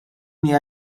hija